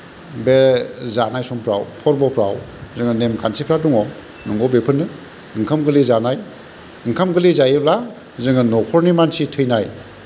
बे जानाय समफ्राव फर्बफ्राव जोङो नेम खान्थिफ्रा दङ नंगौ बेफोरनो ओंखाम गोरलै जानाय ओंखाम गोरलै जायोब्ला जोंहा नखरनि मानसि थैनाय